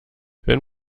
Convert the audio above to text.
wenn